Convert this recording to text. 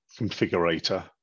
configurator